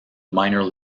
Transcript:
minor